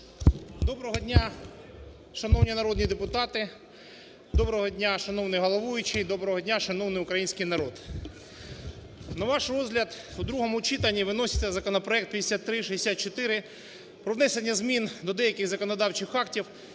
Доброго дня, шановні народні депутати! Доброго дня, шановний головуючий! Доброго дня, шановний український народ! На ваш розгляд у другому читанні виноситься законопроект 5364 про внесення змін до деяких законодавчих актів